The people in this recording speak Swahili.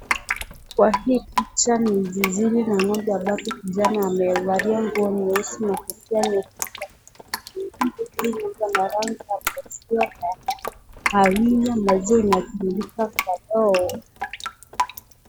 Kwa hii picha ni zizini na ng'ombe ambao vijana wamevalia nguo nyeusi na pia ng"ombe zina rangi za kuchanganyika maziwa.